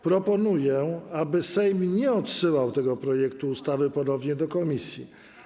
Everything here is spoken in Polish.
Proponuję, aby Sejm nie odsyłał tego projektu ustawy ponownie do komisji.